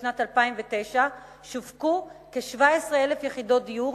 בשנת 2009 שווקו כ-17,000 יחידות דיור,